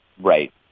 Right